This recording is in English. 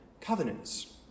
covenants